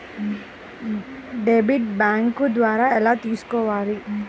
Debit bank ద్వారా ఎలా తీసుకోవాలి?